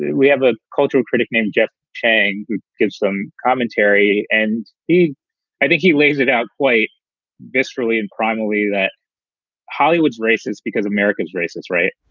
we have a cultural critic named jeff chang. we get some commentary and he i think he lays it out quite viscerally and primally that hollywood's race is because americans race is right.